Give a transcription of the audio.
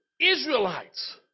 Israelites